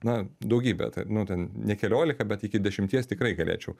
na daugybę nu ten ne keliolika bet iki dešimties tikrai galėčiau